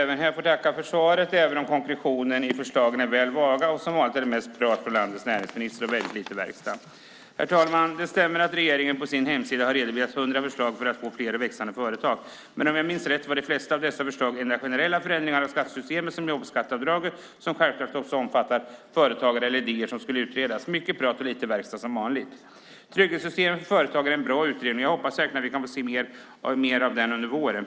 Herr talman! Jag tackar för svaret, även om konkretionen i förslagen är väl vaga. Som vanligt är det mest prat från landets näringsminister och väldigt lite verkstad. Herr talman! Det stämmer att regeringen på sin hemsida har redovisat hundra förslag för att få fler och växande företag. Om jag minns rätt var de flesta av dessa förslag generella förändringar av skattesystemet, som jobbskatteavdraget som självklart också omfattar företagare eller idéer som skulle utredas. Mycket prat och lite verkstad, som vanligt. Trygghetssystemen för företagare är en bra utredning. Jag hoppas verkligen att vi kan få se mer av den under våren.